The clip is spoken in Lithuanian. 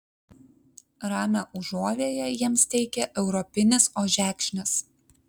ramią užuovėją jiems teikia europinis ožekšnis